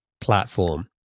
platform